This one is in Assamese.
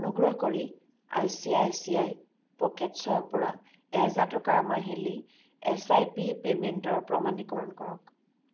অনুগ্ৰহ কৰি I C I C I পকেটছৰ পৰা এহেজাৰ টকাৰ মাহিলী এছ আই পি পে'মেণ্টৰ প্ৰমাণীকৰণ কৰক